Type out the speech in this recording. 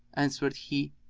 answered he,